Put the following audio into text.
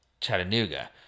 Chattanooga